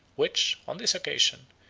which, on this occasion,